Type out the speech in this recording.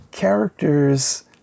characters